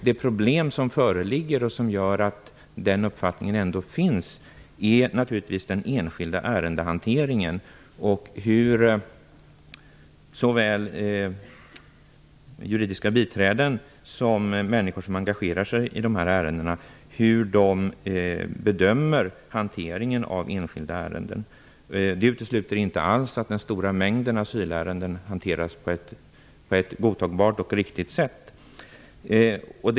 Det problem som föreligger och som gör att den uppfattningen ändå finns är naturligtvis den enskilda ärendehanteringen och hur såväl juridiska biträden som enskilda människor som engagerar sig i dessa ärenden bedömer hanteringen av enskilda ärenden. Det utesluter inte alls att den stora mängden asylärenden hanteras på ett godtagbart och riktigt sätt.